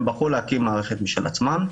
הם בחרו להקים מערכת משל עצמם,